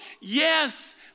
Yes